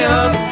up